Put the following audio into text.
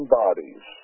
bodies